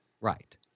Right